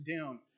down